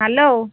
hello